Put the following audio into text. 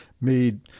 made